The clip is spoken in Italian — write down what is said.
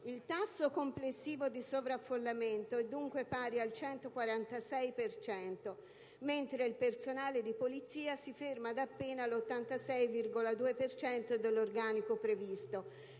Il tasso complessivo di sovraffollamento è dunque pari al 146 per cento, mentre il personale di polizia si ferma ad appena l'86,2 per cento dell'organico previsto,